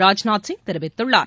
ராஜ்நாத் சிங் தெரிவித்துள்ளார்